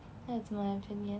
ya it's my opinion